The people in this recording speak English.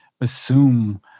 assume